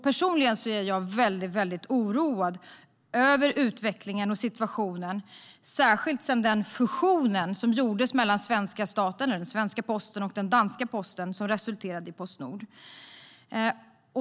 Personligen är jag väldigt oroad över utvecklingen och situationen, särskilt efter den fusion som gjordes mellan den svenska staten, eller den svenska posten, och den danska posten och som resulterade i Postnord.